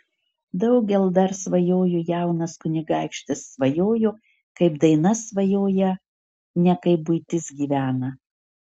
daugel dar svajojo jaunas kunigaikštis svajojo kaip daina svajoja ne kaip buitis gyvena